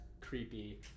creepy